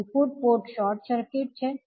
input port short circuit છે